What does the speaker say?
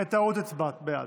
בטעות הצבעת בעד.